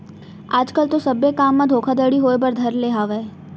आज कल तो सब्बे काम म धोखाघड़ी होय बर धर ले हावय